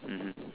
mmhmm